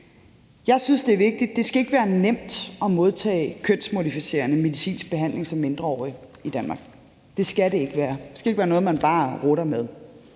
Jeg synes, det er vigtigt, at det ikke skal være nemt at modtage kønsmodificerende medicinsk behandling som mindreårig i Danmark. Det skal det ikke være. Det skal ikke være noget, man bare rutter med.